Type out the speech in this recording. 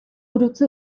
gaude